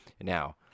now